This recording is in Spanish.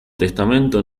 testamento